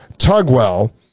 Tugwell